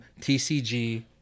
TCG